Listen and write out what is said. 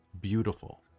beautiful